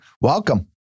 welcome